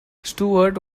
stuart